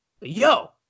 yo